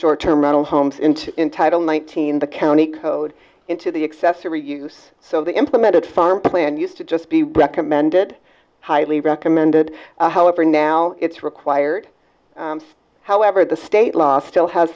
short term rental homes into entitle nineteen the county code into the accessory use so they implemented farm plan used to just be recommended highly recommended however now it's required however the state law still has